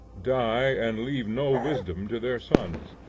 die and leave no wisdom to their sons.